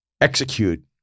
execute